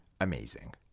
amazing